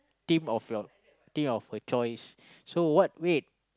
team of your team of a choice so what wait